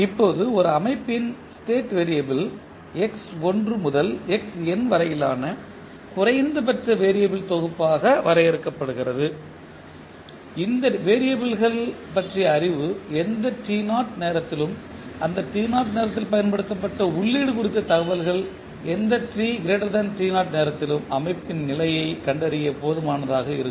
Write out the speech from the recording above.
இப்போது ஒரு அமைப்பின் ஸ்டேட் வேறியபிள் x1 முதல் xn வரையிலான குறைந்தபட்ச வேறியபிள் தொகுப்பாக வரையறுக்கப்படுகிறது இந்த வேறியபிள்கள் பற்றிய அறிவு எந்த t0 நேரத்திலும் அந்த t0 நேரத்தில் பயன்படுத்தப்பட்ட உள்ளீடு குறித்த தகவல்கள் எந்த நேரத்திலும் அமைப்பின் நிலையை கண்டறிய போதுமானதாக இருக்கும்